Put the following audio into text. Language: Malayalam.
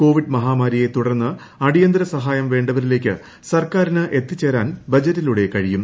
കോവിഡ് മഹാമാരിയെ തുടർന്ന് അടിയന്തര സഹായ്ം വേണ്ടവരിലേക്ക് സർക്കാരിന് എത്തിച്ചേരാൻ ബജറ്റിലൂട്ടെ കഴിയും